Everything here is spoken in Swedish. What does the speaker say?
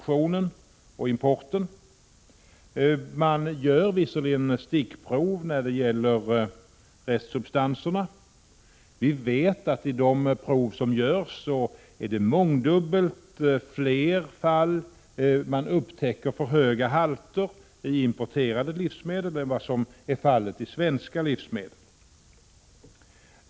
Vid de stickprov som görs när det gäller restsubstanserna upptäcker man för höga halter i mångdubbelt fler fall när det gäller importerade livsmedel än när det gäller svenska livsmedel.